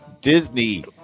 Disney